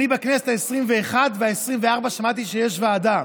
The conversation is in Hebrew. בכנסת העשרים-ואחת ובכנסת העשרים-וארבע שמעתי שיש ועדה.